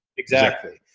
exactly.